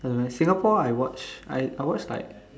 I don't know eh Singapore I watched I I watched like